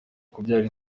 kubyara